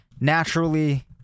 Naturally